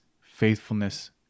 faithfulness